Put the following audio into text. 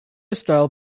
style